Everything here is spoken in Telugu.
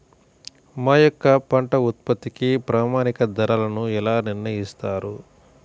మా యొక్క పంట ఉత్పత్తికి ప్రామాణిక ధరలను ఎలా నిర్ణయిస్తారు?